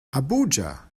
abuja